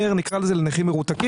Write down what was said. נ"ר נקרא לזה, לנכים מרותקים.